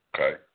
Okay